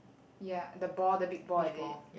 ya the ball the big ball is it